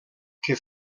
que